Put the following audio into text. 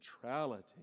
centrality